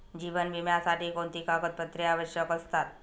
जीवन विम्यासाठी कोणती कागदपत्रे आवश्यक असतात?